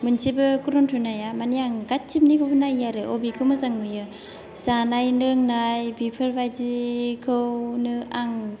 मोनसेबो खथन्थ' नाया माने आं गासिबनिखौबो नायो आरो बबेखौ मोजां नुयो जानाय लोंनाय बेफोरबादिखौनो आं